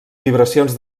vibracions